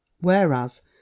Whereas